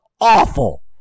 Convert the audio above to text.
awful